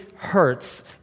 hurts